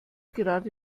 gerade